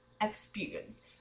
experience